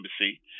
Embassy